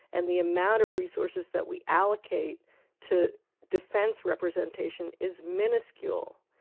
and the amount of resources that we allocate to defence representation is miniscule,